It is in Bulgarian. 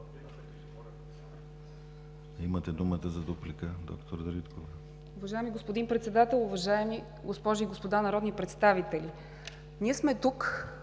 Имате думата за дуплика, д-р Дариткова.